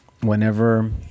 whenever